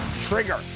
trigger